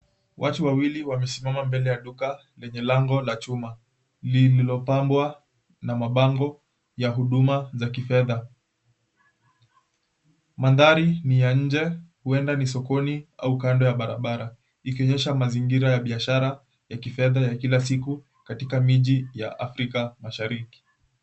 Watu wawili wamesimama mbele ya duka lenye lango la chuma lililopambwa na mabango ya huduma za kifedha. Mandhari ni ya nje, huenda ni sokoni au kando ya barabara, ikionyesha mazingira ya biashara ya kifedha ya kila siku katika miji ya Afrika Mashariki.